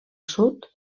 sud